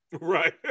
Right